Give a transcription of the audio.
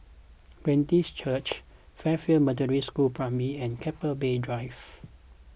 Glad Tidings Church Fairfield Methodist School Primary and Keppel Bay Drive